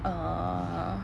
orh